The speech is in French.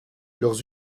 leurs